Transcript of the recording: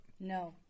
No